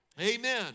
amen